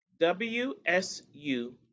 WSU